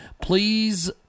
Please